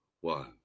one